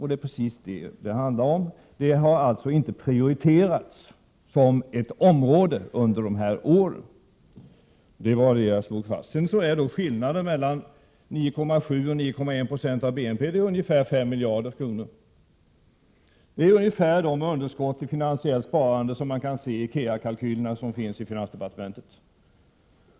Det är precis vad det handlar om: sjukvården har inte prioriterats som ett område under dessa år. Det var det jag slog fast. Skillnaden mellan 9,7 och 9,1 20 av BNP är ca 5 miljarder kronor. Det är ungefär det underskott i finansiellt sparande som beräknas i KEA-kalkylerna i finansdepartementet.